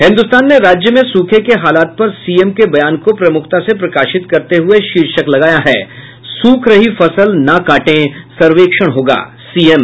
हिन्दुस्तान ने राज्य में सूखे के हालात पर सीएम के बयान को प्रमुखता से प्रकाशित करते हुये शीर्षक दिया है सूख रही फसल न काटें सर्वेक्षण होगा सीएम